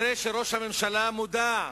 ראש הממשלה כנראה מודע,